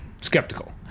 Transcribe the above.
Skeptical